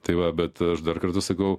tai va bet aš dar kartą sakau